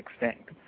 extinct